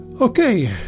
Okay